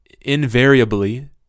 invariably